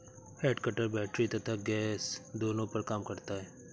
head cutter battery तथा gas दोनों पर काम करता है